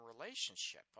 relationship